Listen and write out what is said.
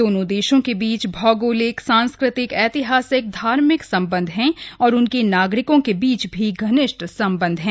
दोनों देशों के बीच भौगोलिक सांस्कृतिक ऐतिहासिक धार्मिक संबंध हैं और उनके नागरिकों के बीच भी घनिष्ठ संबंध हैं